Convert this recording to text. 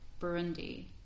Burundi